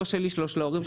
לא שלי ולא של ההורים שלי.